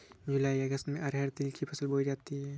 जूलाई अगस्त में अरहर तिल की फसल बोई जाती हैं